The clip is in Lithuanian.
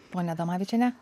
ponia adomavičiene